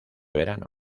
verano